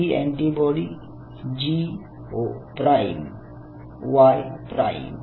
ही antibody G o prime Y prime आहेत